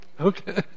okay